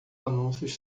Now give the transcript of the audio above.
anúncios